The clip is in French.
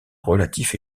relatif